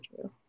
true